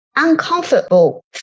uncomfortable